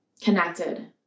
connected